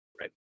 Right